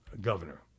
governor